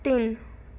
ਤਿੰਨ